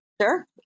Sure